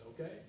okay